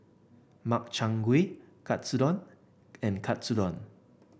Makchang Gui Katsudon and Katsudon